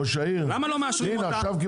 למה לא מאשרים אותה,